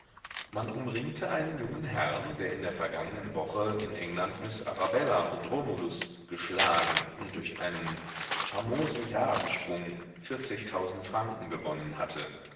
man umringte einen jungen herrn der in der vergangnen woche in england miß arabella und romulus geschlagen und durch einen famosen grabensprung vierzigtausend franken gewonnen hatte